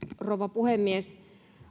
rouva puhemies